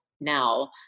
now